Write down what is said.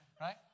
Right